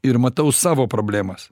ir matau savo problemas